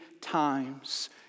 times